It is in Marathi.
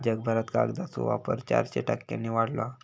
जगभरात कागदाचो वापर चारशे टक्क्यांनी वाढलो हा